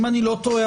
אם אני לא טועה,